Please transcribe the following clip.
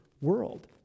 world